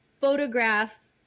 photograph